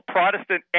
Protestant